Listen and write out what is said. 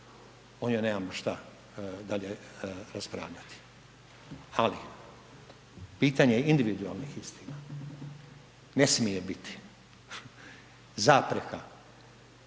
ovdje nemamo šta dalje raspravljati, ali pitanje individualnih istina ne smije biti zapreka,